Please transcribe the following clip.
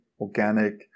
organic